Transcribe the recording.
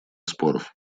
споров